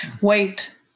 Wait